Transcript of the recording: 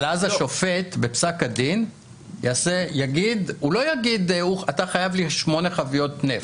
אבל אז השופט בפסק הדין לא יגיד "אתה חייב 8 חביות נפט".